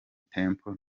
temple